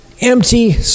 empty